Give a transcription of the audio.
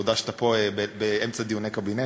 ותודה שאתה פה באמצע דיוני קבינט.